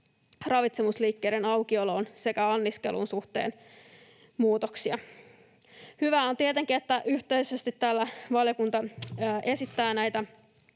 ravitsemusliikkeiden aukioloon sekä anniskeluun. Hyvää on tietenkin, että yhteisesti täällä valiokunta esittää